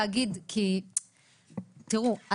תראו,